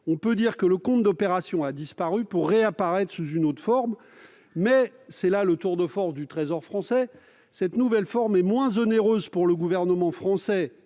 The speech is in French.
on peut dire que le compte d'opérations a disparu pour réapparaître sous une autre forme ! Surtout, et c'est là le tour de force du Trésor, cette nouvelle forme est moins onéreuse pour l'État français,